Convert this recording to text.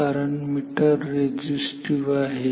कारण meter resistive आहे